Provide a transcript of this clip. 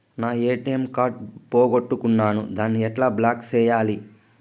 నా ATM card పోగొట్టుకున్నాను, దాన్ని ఎట్లా బ్లాక్ సేయాలి?